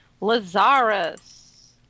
Lazarus